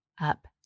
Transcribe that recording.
up